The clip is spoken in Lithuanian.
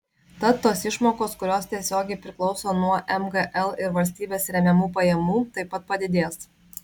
tad tos išmokos kurios tiesiogiai priklauso nuo mgl ir valstybės remiamų pajamų taip pat padidės